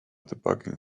debugging